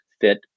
fit